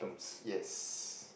yes